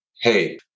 hey